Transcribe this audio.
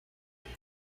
that